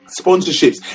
Sponsorships